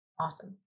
awesome